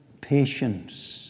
patience